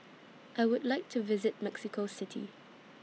I Would like to visit Mexico City